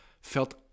Felt